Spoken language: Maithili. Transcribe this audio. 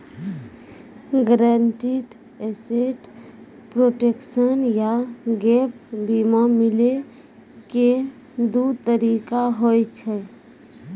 गायरंटीड एसेट प्रोटेक्शन या गैप बीमा मिलै के दु तरीका होय छै